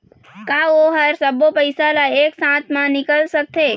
का ओ हर सब्बो पैसा ला एक साथ म निकल सकथे?